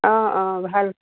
অঁ অঁ ভাল